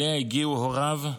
שאליה הגיעו הוריו,